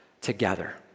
Together